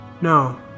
No